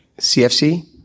CFC